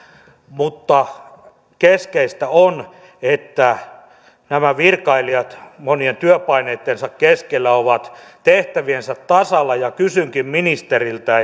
mutta keskeistä on että nämä virkailijat monien työpaineittensa keskellä ovat tehtäviensä tasalla kysynkin ministeriltä